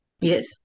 yes